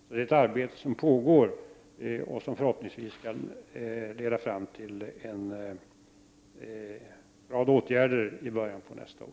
Det är ett arbete som pågår och som förhoppningsvis skall leda fram till en rad åtgärder, som kan vidtas i början av nästa år.